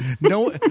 No